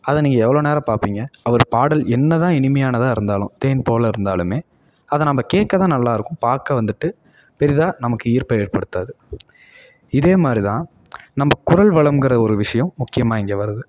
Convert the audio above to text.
அதை நீங்கள் எவ்வளோ நேரம் பார்ப்பீங்க அவர் பாடல் என்னதான் இனிமையானதாக இருந்தாலும் தேன்போல இருந்தாலும் அதை நம்ப கேட்கதான் நல்லாயிருக்கும் பார்க்க வந்துட்டு பெரிதாக நமக்கு ஈர்ப்பை ஏற்படுத்தாது இதேமாதிரிதான் நம்ப குரல் வளம்ங்கிற ஒரு விஷயம் முக்கியமாக இங்கே வருது